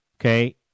okay